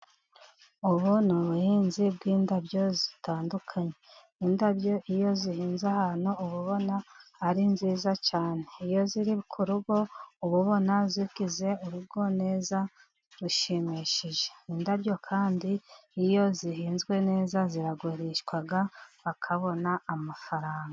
Ubu ni ubuhinzi bw'indabyo zitandukanye. indabyo iyo zihinze ahantu uba ubona ari nziza cyane. Iyo ziri kugo uba ubona zigize urugo neza rushimishije. Indabyo kandi iyo zihinzwe neza ziragurishwa, bakabona amafaranga.